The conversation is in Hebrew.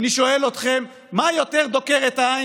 ואני שואל אתכם: מה יותר דוקר את העין